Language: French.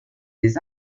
des